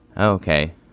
Okay